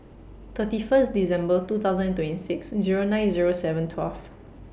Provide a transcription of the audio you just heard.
thirty First December twenty twenty six Zero nine Zero seven twelve